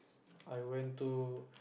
I went to